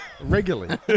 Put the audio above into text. regularly